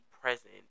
present